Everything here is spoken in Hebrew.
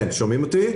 שומעים אותי?